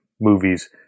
movie's